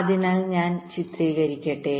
അതിനാൽ ഞാൻ ചിത്രീകരിക്കട്ടെ